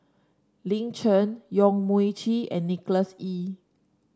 Lin Chen Yong Mun Chee and Nicholas Ee